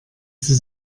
sie